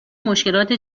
مشکلات